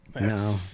No